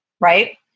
right